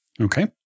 Okay